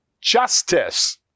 justice